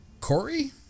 Corey